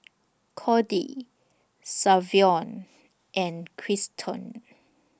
Codie Savion and Christel